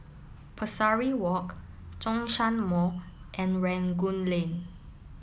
Pesari walk Zhongshan Mall and Rangoon Lane